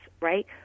right